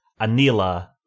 Anila